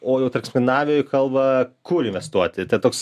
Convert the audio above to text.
o jau tarkim skandinavijoj kalba kur investuoti tai toks